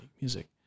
music